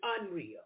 unreal